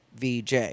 VJ